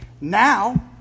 now